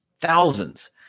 Thousands